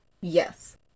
Yes